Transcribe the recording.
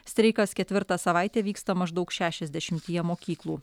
streikas ketvirtą savaitę vyksta maždaug šešiasdešimtyje mokyklų